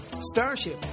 Starship